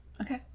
Okay